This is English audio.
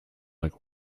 like